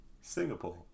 Singapore